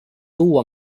tuua